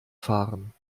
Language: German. fahren